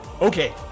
okay